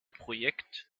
projekt